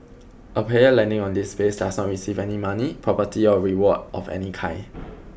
a player landing on this place does not receive any money property or reward of any kind